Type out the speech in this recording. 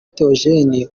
theogene